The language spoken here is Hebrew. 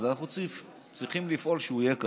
אז אנחנו צריכים לפעול שהוא יהיה כזה.